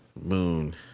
Moon